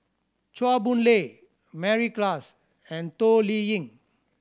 Chua Boon Lay Mary Klass and Toh Liying